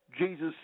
Jesus